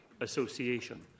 Association